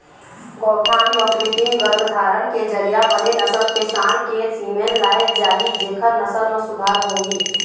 गौठान म कृत्रिम गरभाधान के जरिया बने नसल के सांड़ के सीमेन लाय जाही जेखर नसल म सुधार होही